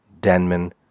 Denman